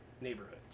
neighborhoods